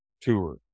tour